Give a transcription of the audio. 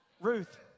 Ruth